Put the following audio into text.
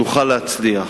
נוכל להצליח.